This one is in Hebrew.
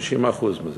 50% מזה.